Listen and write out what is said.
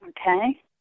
Okay